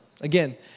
Again